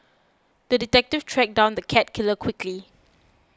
the detective tracked down the cat killer quickly